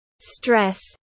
stress